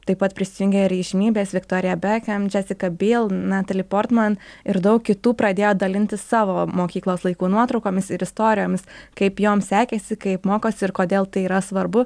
taip pat prisijungė ir įžymybės viktorija bekem džesika biel natali portman ir daug kitų pradėjo dalintis savo mokyklos laikų nuotraukomis ir istorijomis kaip joms sekėsi kaip mokosi ir kodėl tai yra svarbu